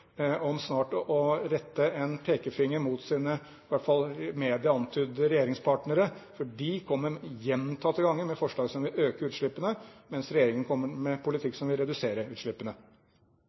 om snart å rette en pekefinger mot sine i hvert fall medieantydede regjeringspartnere, for de kommer gjentatte ganger med forslag som vil øke utslippene, mens regjeringen kommer med en politikk som vil redusere utslippene.